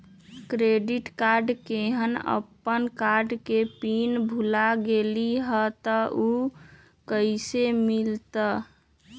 Credit card केहन अपन card के पिन भुला गेलि ह त उ कईसे मिलत?